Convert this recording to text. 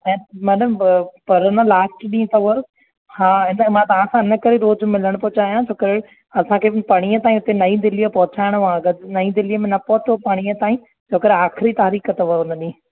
ऐं मैडम पर न लास्ट ॾींहुं अथव हा हिन लाइ मां तव्हां सां हिन करे रोज़ु मिलण पियो चाहियां छो करे असांखे बि पंरींह ताईं हुते नई दिल्लीअ पहुचाइणो आहे अगरि नई दिल्लीअ में न पहुतो पंरींह ताईं त आख़री तारीख़ अथव हुन ॾीहुं